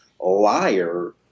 liar